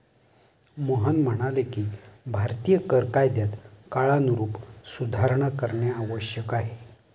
मोहन म्हणाले की भारतीय कर कायद्यात काळानुरूप सुधारणा करणे आवश्यक आहे